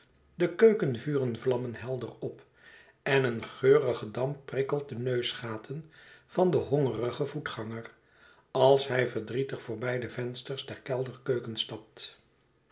de keukenvuren vlammen helder op en een geurige damp prikkelt de neusgaten van den hongerigen voetganger als hij verdrietig voorbij de vensters der kelderkeuken stapt